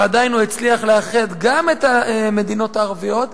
ועדיין הוא הצליח לאחד גם את המדינות הערביות,